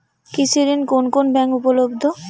কৃষি ঋণ কোন কোন ব্যাংকে উপলব্ধ?